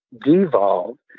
devolved